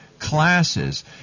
Classes